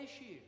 issue